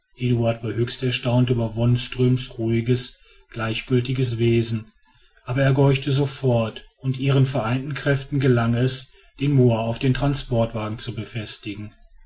war höchst erstaunt über wonström's ruhiges gleichgiltiges wesen aber er gehorchte sofort und ihren vereinten kräften gelang es den moa auf den transportwagen zu befestigen